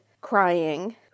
crying